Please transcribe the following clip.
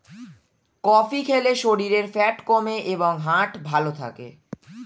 coffee খেলে শরীরের fat কমে এবং হার্ট ভালো থাকে